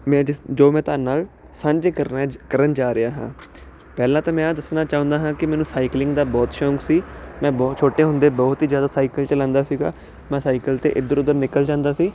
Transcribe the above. ਮੈਂ ਜਿਸ ਜੋ ਮੈਂ ਤੁਹਾਡੇ ਨਾਲ ਸਾਂਝੇ ਕਰਨਾ ਕਰਨ ਜਾ ਰਿਹਾ ਹਾਂ ਪਹਿਲਾਂ ਤਾਂ ਮੈਂ ਆਹ ਦੱਸਣਾ ਚਾਹੁੰਦਾ ਹਾਂ ਕਿ ਮੈਨੂੰ ਸਾਈਕਲਿੰਗ ਦਾ ਬਹੁਤ ਸ਼ੌਕ ਸੀ ਮੈਂ ਬਹੁਤ ਛੋਟੇ ਹੁੰਦੇ ਬਹੁਤ ਹੀ ਜ਼ਿਆਦਾ ਸਾਈਕਲ ਚਲਾਉਂਦਾ ਸੀਗਾ ਮੈਂ ਸਾਈਕਲ 'ਤੇ ਇੱਧਰ ਉੱਧਰ ਨਿਕਲ ਜਾਂਦਾ ਸੀ